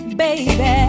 baby